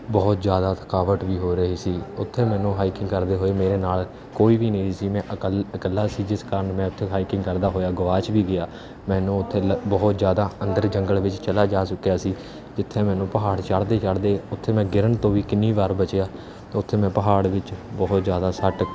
ਬਹੁਤ ਜ਼ਿਆਦਾ ਥਕਾਵਟ ਵੀ ਹੋ ਰਹੀ ਸੀ ਉੱਥੇ ਮੈਨੂੰ ਹਾਈਕਿੰਗ ਕਰਦੇ ਹੋਏ ਮੇਰੇ ਨਾਲ ਕੋਈ ਵੀ ਨਹੀਂ ਸੀ ਮੈਂ ਇਕੱ ਇਕੱਲਾ ਸੀ ਜਿਸ ਕਾਰਨ ਮੈਂ ਅਤੇ ਉੱਥੇ ਹਾਈਕਿੰਗ ਕਰਦਾ ਹੋਇਆ ਗੁਆਚ ਵੀ ਗਿਆ ਮੈਨੂੰ ਉੱਥੇ ਬਹੁਤ ਜ਼ਿਆਦਾ ਅੰਦਰ ਜੰਗਲ ਵਿੱਚ ਚਲਿਆ ਜਾ ਚੁੱਕਿਆ ਸੀ ਜਿੱਥੇ ਮੈਨੂੰ ਪਹਾੜ ਚੜਦੇ ਚੜਦੇ ਉੱਥੇ ਮੈਂ ਗਿਰਨ ਤੋਂ ਵੀ ਕਿੰਨੀ ਵਾਰ ਬਚਿਆ ਉੱਥੇ ਮੈਂ ਪਹਾੜ ਵਿੱਚ ਬਹੁਤ ਜ਼ਿਆਦਾ ਸੱਟ